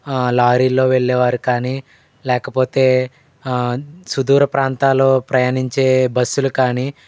లారీల్లో వెళ్ళేవారు కానీ లేకపోతే సుదూర ప్రాంతాలు ప్రయాణించే బస్సులు కానీ